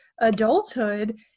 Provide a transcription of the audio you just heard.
adulthood